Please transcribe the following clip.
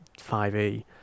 5e